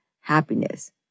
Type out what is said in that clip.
happiness